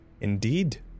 Indeed